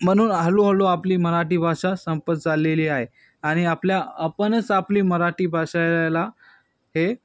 म्हणून हळू हळू आपली मराठी भाषा संपत चाललेली आहे आणि आपल्या आपणच आपली मराठी भाषाला हे